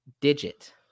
Digit